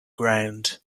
ground